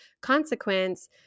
consequence